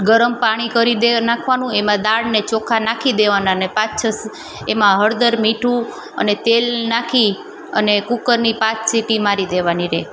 ગરમ પાણી કરી દે નાખવાનું એમાં દાળને ચોખા નાખી દેવાનાને પાંચ છ એમાં હળદર મીઠું અને તેલ નાખી અને કુકરની પાંચ સિટી મારી દેવાની રહે